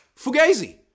Fugazi